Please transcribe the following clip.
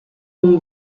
home